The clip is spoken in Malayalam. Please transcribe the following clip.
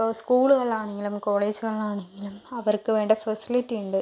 ഇപ്പോൾ സ്കൂളുകളാണെങ്കിലും കോളേജുകളാണെങ്കിലും അവർക്ക് വേണ്ട ഫെസിലിറ്റി ഉണ്ട്